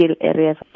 areas